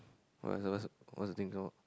what's the what's the thing come out